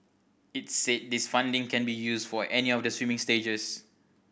its said this funding can be used for any of the swimming stages